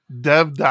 dev